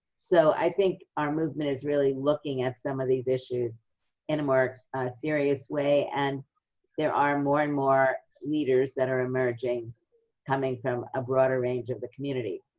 so, i think our movement is really looking at some of these issues in a more serious way, and there are more and more leaders that are emerging coming from a broader range of the community.